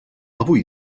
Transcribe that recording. avui